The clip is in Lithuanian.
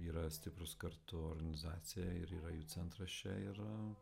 yra stiprūs kartu organizacija ir yra jų centras čia ir